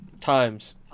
times